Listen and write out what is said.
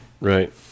Right